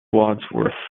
wadsworth